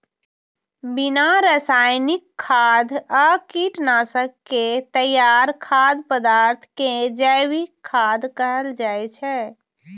बिना रासायनिक खाद आ कीटनाशक के तैयार खाद्य पदार्थ कें जैविक खाद्य कहल जाइ छै